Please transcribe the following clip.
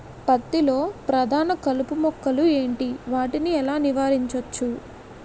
పత్తి లో ప్రధాన కలుపు మొక్కలు ఎంటి? వాటిని ఎలా నీవారించచ్చు?